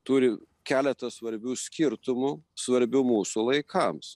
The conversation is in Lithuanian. turi keletą svarbių skirtumų svarbių mūsų laikams